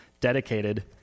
dedicated